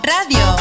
Radio